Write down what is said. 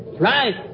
right